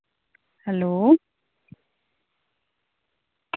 hello